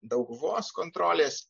dauguvos kontrolės